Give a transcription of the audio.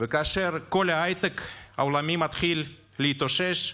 וכאשר כל ההייטק העולמי מתחיל להתאושש,